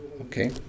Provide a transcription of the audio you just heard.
Okay